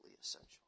essential